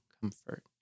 comfort